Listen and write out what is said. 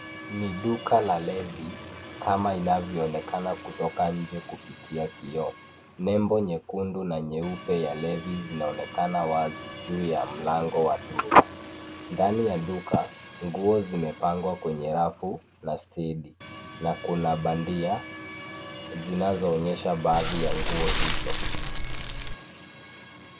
Ni duka la Levis kama inavyoonekana kutoka nje kupitia kioo. Nembo nyekundu na nyeupe ya Levis inaonekana wazi juu ya mlango wa duka. Ndani ya duka, nguo zimepangwa kwa rafu na stendi na kuna bandia zinazoonyesha baadhi ya nguo hizo.